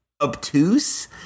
obtuse